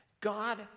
God